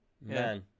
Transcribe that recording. Man